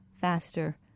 faster